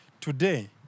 Today